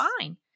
fine